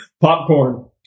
Popcorn